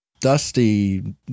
dusty